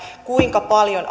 kuinka paljon